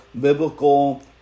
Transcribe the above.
biblical